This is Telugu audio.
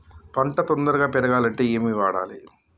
పంట తొందరగా పెరగాలంటే ఏమి వాడాలి?